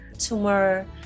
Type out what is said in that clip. tumor